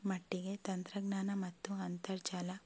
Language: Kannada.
ಮಟ್ಟಿಗೆ ತಂತ್ರಜ್ಞಾನ ಮತ್ತು ಅಂತರ್ಜಾಲ